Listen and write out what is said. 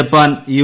Japan U